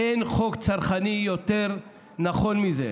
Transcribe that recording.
אין חוק צרכני יותר נכון מזה.